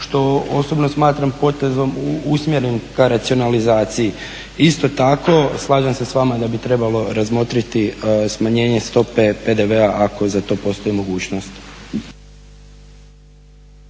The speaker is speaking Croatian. što osobno smatram potezom usmjeren ka racionalizaciji. Isto tako slažem se s vama da bi trebalo razmotriti smanjenje stope PDV-a ako za to postoji mogućnost.